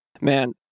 man